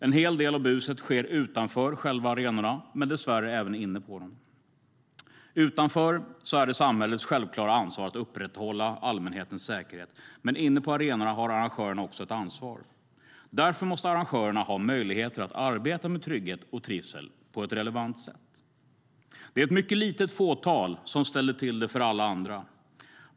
En hel del av buset sker utanför själva arenorna men dessvärre även inne på dem. Utanför är det samhällets självklara ansvar att upprätthålla allmänhetens säkerhet, men inne på arenorna har också arrangören ett ansvar. Därför måste arrangörerna ha möjligheter att arbeta med trygghet och trivsel på ett relevant sätt. Det är ett mycket litet fåtal som ställer till det för alla andra.